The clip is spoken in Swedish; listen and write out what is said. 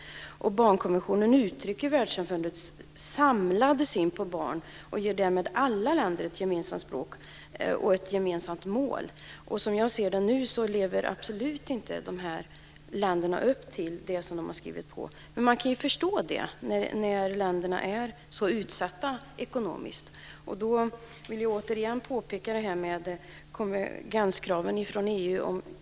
Barnkonventionen uttrycker världssamfundets samlade syn på barn och ger därmed alla länder ett gemensamt språk och ett gemensamt mål. Som jag ser det nu så lever de här länderna absolut inte upp till det som de har skrivit på, men man kan ju förstå det eftersom länderna är så ekonomiskt utsatta. Jag vill återigen påpeka detta med konvergenskraven från EU.